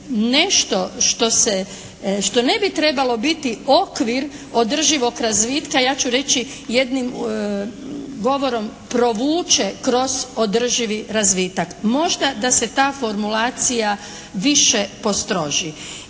se, što ne bi trebalo biti okvir održivog razvitka ja ću reći jednim govorom provuče kroz održivi razvitak. Možda da se ta formulacija više postroži.